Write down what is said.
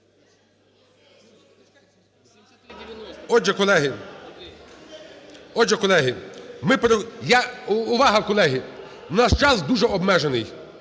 отже, колеги, ми… Увага, колеги, у нас час дуже обмежений.